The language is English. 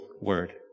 word